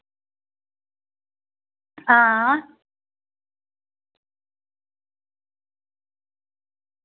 हां